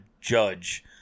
judge